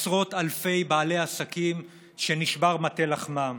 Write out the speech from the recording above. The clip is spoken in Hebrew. עשרות אלפי בעלי עסקים שנשבר מטה לחמם,